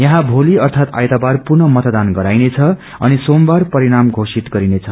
याहौँ भोलि अर्थात आइतबार पुनः मेतदान गराइनेछ अनि सोमबार परिणम घोषित गरिनेछ